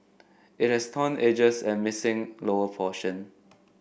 it has torn edges and missing lower portion